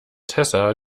tessa